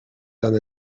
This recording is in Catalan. tant